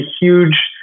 huge